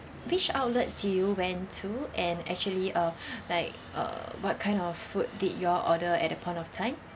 which outlet do you went to and actually uh like uh what kind of food did y'all order at the point of time